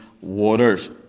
waters